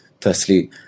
firstly